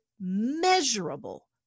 measurable